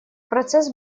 процесс